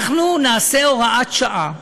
אנחנו נעשה הוראת שעה,